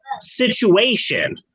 situation